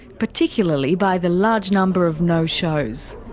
particularly by the large number of no-shows.